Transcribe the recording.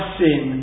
sin